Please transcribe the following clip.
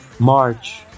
March